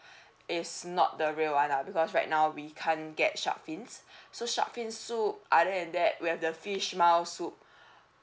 it's not the real one lah because right now we can't get shark fins so shark fin soup other than that we have the fish maw soup